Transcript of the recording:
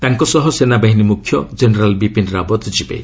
ତାଙ୍କ ସହ ସେନାବାହିନୀ ମୁଖ୍ୟ ଜେନେରାଲ୍ ବିପିନ୍ ରାବତ୍ ଯିବେ